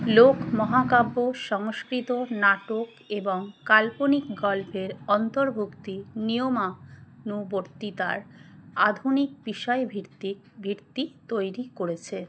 লোক মহাকাব্য সংস্কৃত নাটক এবং কাল্পনিক গল্পের অন্তর্ভুক্তি নিয়মানুবর্তীতার আধুনিক বিষয় ভিত্তিক ভিত্তি তৈরি করেছে